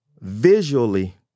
visually